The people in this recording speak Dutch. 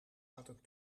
hadden